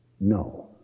No